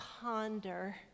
ponder